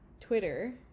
Twitter